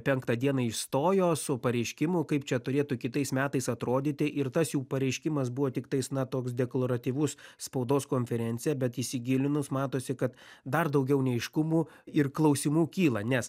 penktą dieną išstojo su pareiškimu kaip čia turėtų kitais metais atrodyti ir tas jų pareiškimas buvo tiktais na toks deklaratyvus spaudos konferencija bet įsigilinus matosi kad dar daugiau neaiškumų ir klausimų kyla nes